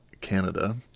Canada